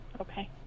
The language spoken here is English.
Okay